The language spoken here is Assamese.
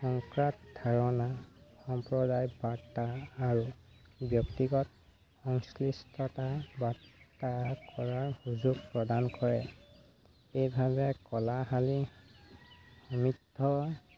সংক্ৰাদ ধাৰণা সম্প্ৰদায় বাৰ্তা আৰু ব্যক্তিগত সংশ্লিষ্টতা বাৰ্তা কৰাৰ সুযোগ প্ৰদান কৰে এইভাবে কলাশালী সমৃদ্ধ